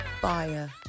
fire